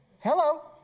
Hello